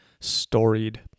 storied